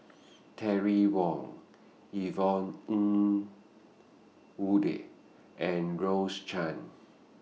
Terry Wong Yvonne Ng Uhde and Rose Chan